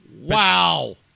Wow